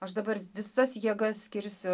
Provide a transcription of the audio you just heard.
aš dabar visas jėgas skirsiu